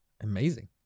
Amazing